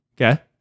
Okay